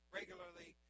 regularly